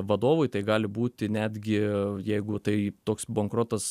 vadovui tai gali būti netgi jeigu tai toks bankrotas